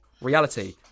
Reality